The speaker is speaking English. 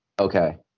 Okay